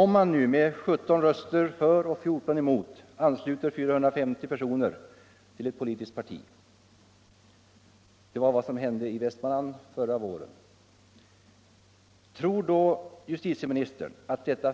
Men om man med 17 röster för och 14 röster emot ansluter 450 personer till ett politiskt parti — det var vad som hände i Västmanland förra våren — tror då justitieministern att detta